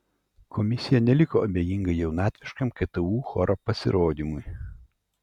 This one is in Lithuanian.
komisija neliko abejinga jaunatviškam ktu choro pasirodymui